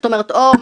זאת אומרת: אוה,